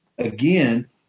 again